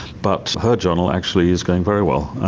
but her journal actually is going very well.